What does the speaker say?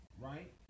right